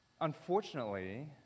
unfortunately